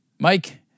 Mike